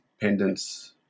pendants